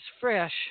fresh